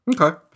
Okay